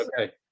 Okay